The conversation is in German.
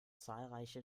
zahlreiche